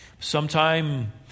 Sometime